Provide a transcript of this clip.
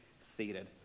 seated